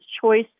choice